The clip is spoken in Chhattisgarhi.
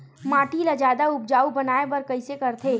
माटी ला जादा उपजाऊ बनाय बर कइसे करथे?